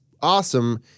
awesome